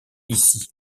ici